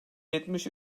yetmiş